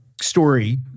story